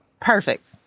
perfect